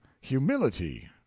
humility